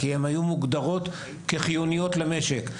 כי הן הוגדרו כעובדות חיוניות למשק.